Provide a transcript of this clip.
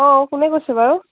অঁ কোনে কৈছে বাৰু